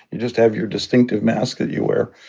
you just have your distinctive mask that you wear.